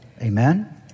amen